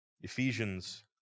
Ephesians